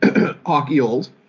hockey-old